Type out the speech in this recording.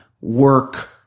work